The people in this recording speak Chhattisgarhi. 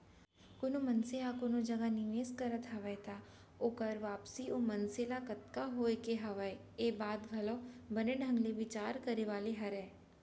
कोनो मनसे ह कोनो जगह निवेस करत हवय त ओकर वापसी ओ मनसे ल कतका होय के हवय ये बात के घलौ बने ढंग ले बिचार करे वाले हरय